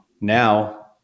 now